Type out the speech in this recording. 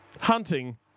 hunting